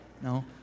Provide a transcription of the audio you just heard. No